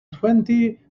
twenty